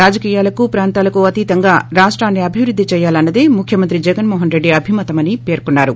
రాజకీయాలకు ప్రాంతాలకు అతీతంగా రాష్టాన్ని అభివృద్ది చేయాలన్నదే ముఖ్యమంత్రి జగన్మోహన్ రెడ్డి అభిమతం అని పేర్కొన్నారు